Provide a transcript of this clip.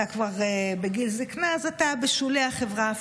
אתה כבר בגיל זקנה, אז אתה בשולי החברה.